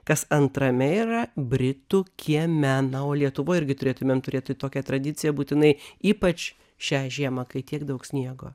kas antrame yra britų kieme na o lietuvoj irgi turėtumėm turėti tokią tradiciją būtinai ypač šią žiemą kai tiek daug sniego